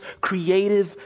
creative